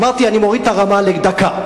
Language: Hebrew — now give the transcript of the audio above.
אמרתי, אני מוריד את הרמה לדקה.